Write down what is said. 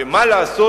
שמה לעשות,